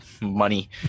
money